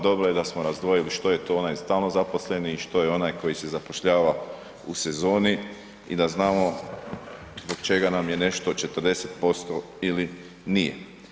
Dobro je da smo razdvojili što je to onaj stalno zaposleni i što je onaj koji se zapošljava u sezoni i da znamo zbog čega nam je nešto 40% ili nije.